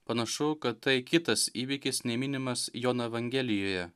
panašu kad tai kitas įvykis nei minimas jono evangelijoje